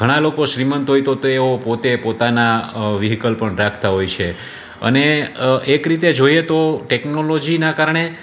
ઘણા લોકો શ્રીમંત હોય તો તેઓ પોતે પોતાના વ્હીકલ પણ રાખતા હોય છે અને એક રીતે જોઈએ તો ટેકનોલોજીના કારણે